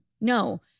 No